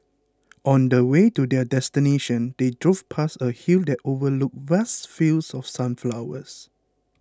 on the way to their destination they drove past a hill that overlooked vast fields of sunflowers